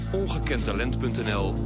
ongekendtalent.nl